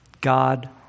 God